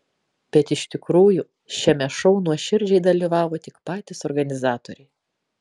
bet iš tikrųjų šiame šou nuoširdžiai dalyvavo tik patys organizatoriai